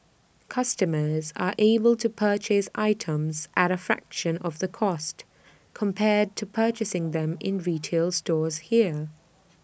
customers are able to purchase items at A fraction of the cost compared to purchasing them in retail stores here